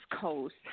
Coast